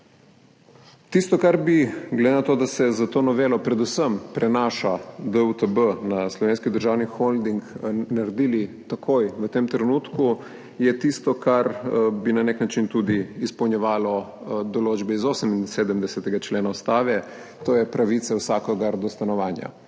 Tisto, kar bi glede na to, da se s to novelo predvsem prenaša DUTB na Slovenski državni holding, naredili takoj v tem trenutku, je tisto, kar bi na nek način tudi izpolnjevalo določbe iz 78. člena Ustave, to je pravice vsakogar do stanovanja.